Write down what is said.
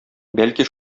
бәлки